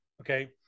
Okay